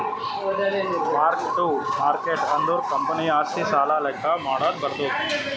mark to market ಅಂದುರ್ ಕಂಪನಿದು ಆಸ್ತಿ, ಸಾಲ ಲೆಕ್ಕಾ ಮಾಡಾಗ್ ಬರ್ತುದ್